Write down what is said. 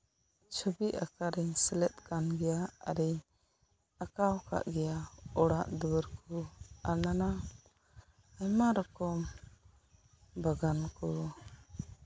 ᱪᱷᱚᱵᱤ ᱟᱸᱠᱟᱣ ᱨᱤᱧ ᱥᱮᱞᱮᱫ ᱠᱟᱱ ᱜᱮᱭᱟ ᱟᱨᱤᱧ ᱟᱸᱠᱟᱣ ᱠᱟᱫ ᱜᱮᱭᱟ ᱚᱲᱟᱜ ᱫᱩᱣᱟᱹᱨ ᱠᱚ ᱟᱨ ᱱᱟᱱᱟ ᱟᱭᱢᱟ ᱨᱚᱠᱚᱢ ᱵᱟᱜᱟᱱ ᱠᱚ